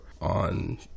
on